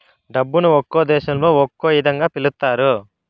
డబ్బును ఒక్కో దేశంలో ఒక్కో ఇదంగా పిలుత్తారు